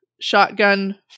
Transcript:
shotgun